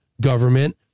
Government